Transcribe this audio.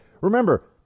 remember